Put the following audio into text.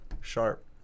sharp